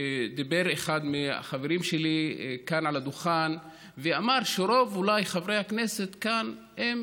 דיבר כאן אחד מהחברים שלי על הדוכן ואמר שאולי רוב חברי הכנסת כאן הם